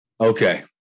Okay